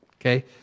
Okay